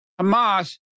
Hamas